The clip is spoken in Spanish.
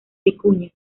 vicuña